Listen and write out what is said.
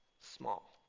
small